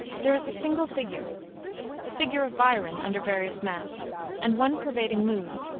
there is a single figure the figure of byron under various masks and one pervading mood,